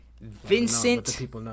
Vincent